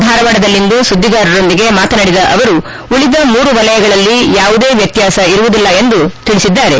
ಧಾರವಾಡದಲ್ಲಿಂದು ಸುದ್ದಿಗಾರೊಂದಿಗೆ ಮಾತನಾಡಿದ ಅವರು ಉಳಿದ ಮೂರು ವಲಯಗಳಲ್ಲಿ ಯಾವುದೇ ವ್ಯತ್ಯಾಸ ಇರುವುದಿಲ್ಲ ಎಂದು ಅವರು ಸ್ಪಷ್ಟಪಡಿಸಿದರು